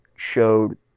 showed